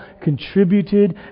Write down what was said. contributed